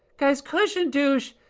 guys, kush and douche,